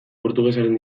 portugesaren